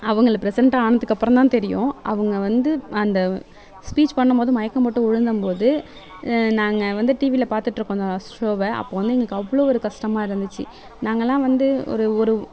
அவங்கள ப்ரெசிடெண்ட் ஆனதுக்கப்புறந்தான் தெரியும் அவங்க வந்து அந்த ஸ்பீச் பண்ணும்போது மயக்கம் போட்டு விழுந்தம் போது நாங்கள் வந்து டிவியில் பார்த்துட்ருக்கோம் அந்த ஷோவை அப்போ வந்து எங்களுக்கு அவ்வளோ ஒரு கஷ்டமாக இருந்துச்சு நாங்கெல்லாம் வந்து ஒரு ஒரு